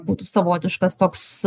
būtų savotiškas toks